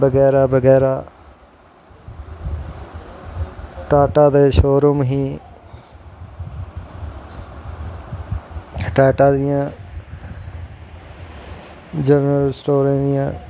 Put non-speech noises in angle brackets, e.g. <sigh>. बगैरा बगैरा टाटादे शोरूम हे टाटा दियां <unintelligible> दियां